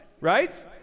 Right